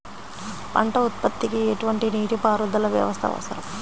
పంట ఉత్పత్తికి ఎటువంటి నీటిపారుదల వ్యవస్థ అవసరం?